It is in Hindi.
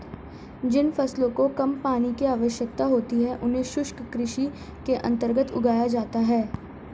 जिन फसलों को कम पानी की आवश्यकता होती है उन्हें शुष्क कृषि के अंतर्गत उगाया जाता है